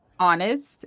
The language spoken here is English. honest